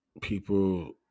people